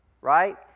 right